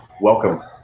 welcome